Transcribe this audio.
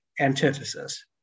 antithesis